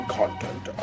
content